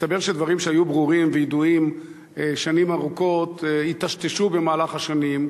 מסתבר שדברים שהיו ברורים וידועים שנים ארוכות היטשטשו במהלך השנים.